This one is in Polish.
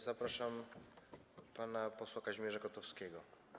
Zapraszam pana posła Kazimierza Kotowskiego.